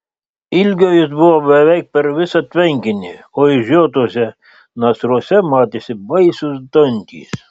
ilgio jis buvo beveik per visą tvenkinį o išžiotuose nasruose matėsi baisūs dantys